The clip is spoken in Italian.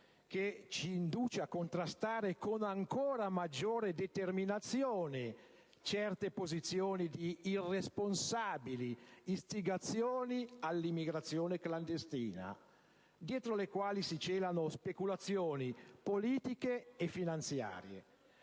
che ci induce a contrastare con ancora maggiore determinazione certe posizioni di irresponsabile istigazione all'immigrazione clandestina, dietro le quali si celano speculazioni politiche e finanziarie: